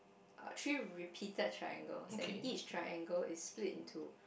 uh three repeated triangles then each triangle is split into